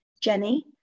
Jenny